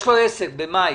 יש לו עסק חדש שהוא פתח במאי.